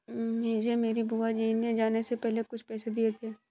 मुझे मेरी बुआ जी ने जाने से पहले कुछ पैसे दिए थे